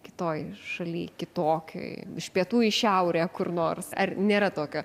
kitoj šaly kitokioj iš pietų į šiaurę kur nors ar nėra tokio